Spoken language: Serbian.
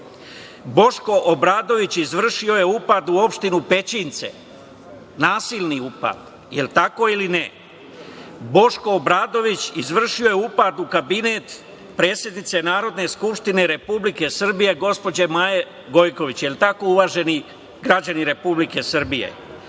Boško Obradović izvršio je upad u opštinu Pećinci, nasilni upad. Da li je tako ili ne? Boško Obradović izvršio je upad u kabinet predsednice Narodne skupštine Republike Srbije, gospođe Maje Gojković. Da li je tako, uvaženi građani Republike Srbije?